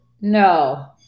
No